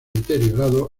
deteriorado